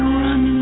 run